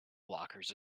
blockers